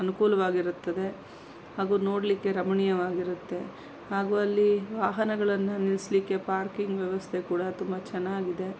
ಅನುಕೂಲವಾಗಿರುತ್ತದೆ ಹಾಗೂ ನೋಡ್ಲಿಕ್ಕೆ ರಮಣೀಯವಾಗಿರುತ್ತೆ ಹಾಗೂ ಅಲ್ಲಿ ವಾಹನಗಳನ್ನು ನಿಲ್ಲಿಸಲಿಕ್ಕೆ ಪಾರ್ಕಿಂಗ್ ವ್ಯವಸ್ಥೆ ಕೂಡ ತುಂಬ ಚೆನ್ನಾಗಿದೆ